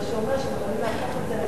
מה שאומר שיכולים להפוך את זה,